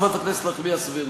חברת הכנסת נחמיאס ורבין: